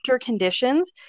conditions